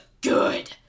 good